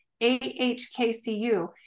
AHKCU